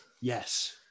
Yes